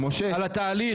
על התהליך.